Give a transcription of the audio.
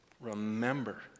Remember